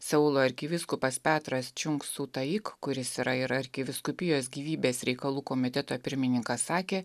seulo arkivyskupas petras čiunk su taik kuris yra ir arkivyskupijos gyvybės reikalų komiteto pirmininkas sakė